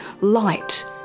light